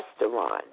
restaurant